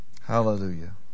Hallelujah